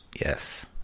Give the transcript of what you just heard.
Yes